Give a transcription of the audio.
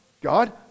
god